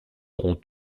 aurons